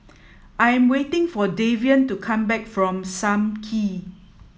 I am waiting for Davion to come back from Sam Kee